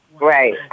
Right